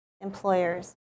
employers